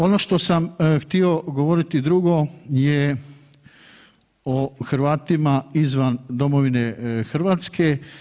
Ono što sam htio govoriti drugo je o Hrvatima izvan domovine Hrvatske.